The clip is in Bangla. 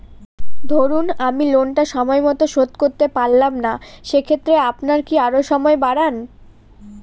ধরুন আমি লোনটা সময় মত শোধ করতে পারলাম না সেক্ষেত্রে আপনার কি আরো সময় বাড়ান?